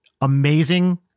amazing